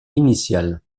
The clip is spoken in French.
initial